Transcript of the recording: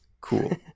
Cool